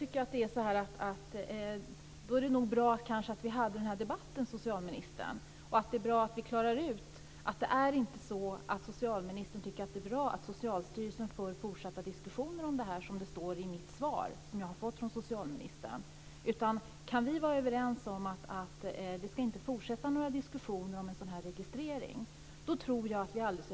Fru talman! Då var det nog bra att vi hade denna debatt, socialministern. Det är bra att vi klarar ut att socialministern inte tycker att det är bra att Socialstyrelsen för fortsatta diskussioner om detta, som det står i det svar som jag har fått från socialministern. Det är bra om vi kan vara överens om att det inte ska fortsätta några diskussioner om en sådan registrering.